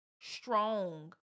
strong